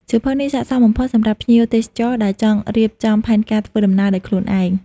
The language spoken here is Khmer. សៀវភៅនេះស័ក្តិសមបំផុតសម្រាប់ភ្ញៀវទេសចរដែលចង់រៀបចំផែនការធ្វើដំណើរដោយខ្លួនឯង។